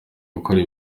gukora